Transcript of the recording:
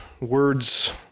words